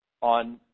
on